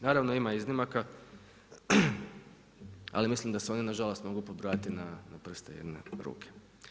Naravno, ima iznimaka ali mislim da se ono nažalost mogu pobrojati na prste jedne ruke.